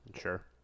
Sure